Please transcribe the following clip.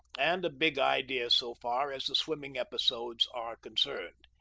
and a big idea so far as the swimming episodes are concerned.